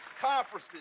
conferences